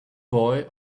boy